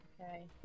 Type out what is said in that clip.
Okay